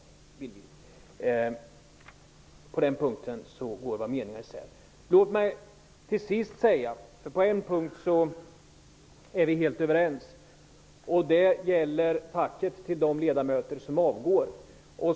På den punkten går våra meningar isär. På en punkt är vi helt överens. Det gäller tacket till de ledamöter som avgår.